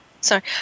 Sorry